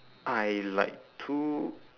I like to